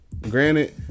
Granted